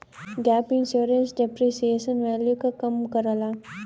gap insurance depreciation value क कम करला